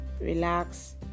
relax